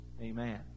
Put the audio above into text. Amen